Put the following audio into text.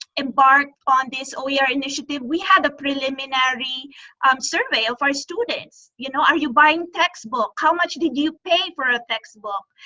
embark on this oer yeah initiative, we had a preliminary um survey of our students. you know are you buying textbook? how much did you pay for a textbook?